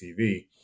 tv